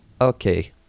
Okay